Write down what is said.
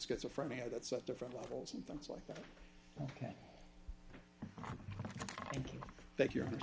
schizophrenia that's at different levels and things like that ok that you're